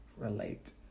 relate